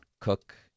Cook